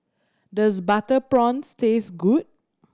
does butter prawns taste good